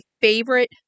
favorite